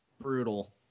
brutal